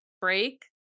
break